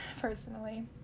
personally